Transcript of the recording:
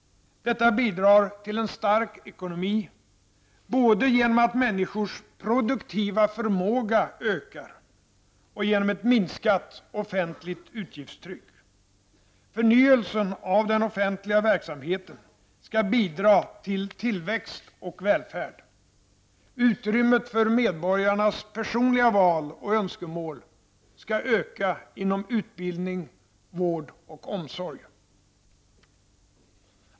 Detta bidrar till en stark ekonomi, både genom att människors produktiva förmåga ökar och genom ett minskat offentligt utgiftstryck. Förnyelsen av den offentliga verksamheten skall bidra till tillväxt och välfärd. Utrymmet för medborgarnas personliga val och önskemål skall öka inom utbildning, vård och omsorg.